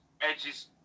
Edge's